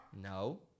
No